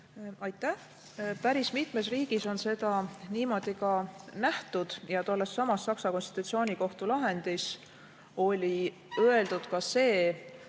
Aitäh! Päris mitmes riigis on seda niimoodi ka nähtud. Tollessamas Saksa konstitutsioonikohtu lahendis oli öeldud ka seda,